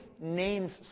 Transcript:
names